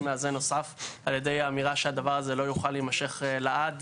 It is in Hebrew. מאזן נוסף על ידי האמירה שהדבר הזה לא יוכל להימשך לעד,